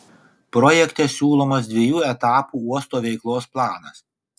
projekte siūlomas dviejų etapų uosto veiklos planas